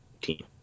team